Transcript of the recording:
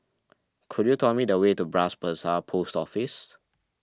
could you tell me the way to Bras Basah Post Office